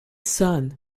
son